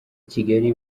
kigali